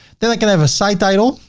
then i can have a site title.